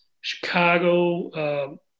Chicago